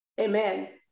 Amen